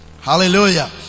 Hallelujah